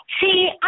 See